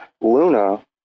Luna